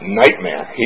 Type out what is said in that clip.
nightmare